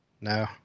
No